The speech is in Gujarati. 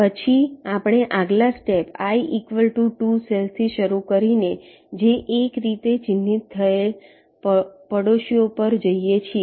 પછી આપણે આગલા સ્ટેપ i2 સેલ્સ થી શરૂ કરીને જે એક તરીકે ચિહ્નિત થયે પડોશીઓ પર જઈએ છીએ